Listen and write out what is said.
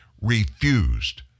refused